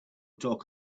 talk